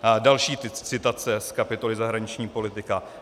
A další citace z kapitoly Zahraniční politika.